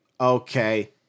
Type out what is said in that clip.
Okay